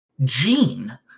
Gene